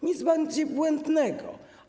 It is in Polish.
Nic bardziej błędnego.